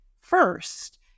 first